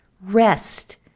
rest